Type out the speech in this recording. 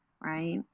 right